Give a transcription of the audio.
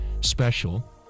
special